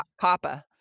Papa